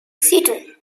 seattle